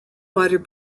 water